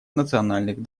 национальных